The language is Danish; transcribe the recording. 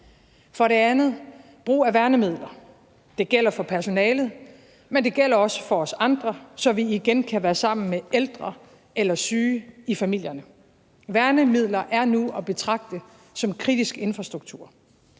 For det andet, brug af værnemidler: Det gælder for personalet, men det gælder også for os andre, så vi igen kan være sammen med ældre eller syge i familierne. Værnemidler er nu at betragte som kritisk infrastruktur.